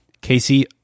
casey